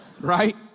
right